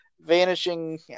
vanishing